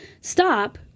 stop